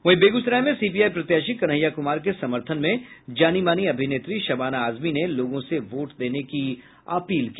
वहीं बेगूसराय में सीपीआई प्रत्याशी कन्हैया कुमार के समर्थन में जानीमानी अभिनेत्री शबाना आजमी ने लोगों से वोट देने की अपील की